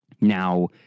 Now